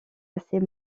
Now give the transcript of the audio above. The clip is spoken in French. assez